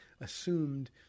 assumed